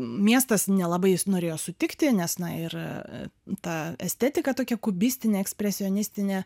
miestas nelabai norėjo sutikti nes na ir ta estetika tokia kubistinė ekspresionistinė